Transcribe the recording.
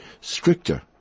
stricter